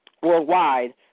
worldwide